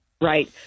Right